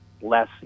less